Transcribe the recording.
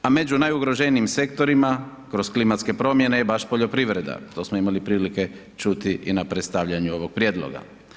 A među najugroženijim sektorima kroz klimatske promjene je baš poljoprivreda, to smo imali prilike čuti i na predstavljanju ovog prijedloga.